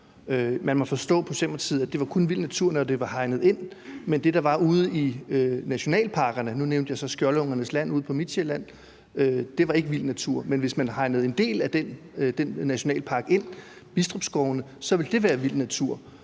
Socialdemokratiet, at det kun er vild natur, når det er hegnet ind, men at det, der er ude i nationalparkerne – og nu nævnte jeg så Skjoldungernes Land ude på Midtsjælland – ikke er vild natur, men hvis man hegnede en del af den nationalpark ind, Bidstrup Skovene, så ville det være vild natur.